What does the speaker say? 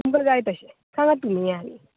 तुमका जाय तशे सांगात तुमी येया आनी